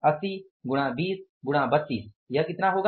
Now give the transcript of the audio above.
80 गुणा 20 गुणा 32 कितना होगा